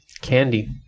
candy